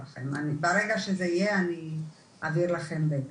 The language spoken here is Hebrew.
ברגע שזה יהיה, אני אעביר לכם את הכל.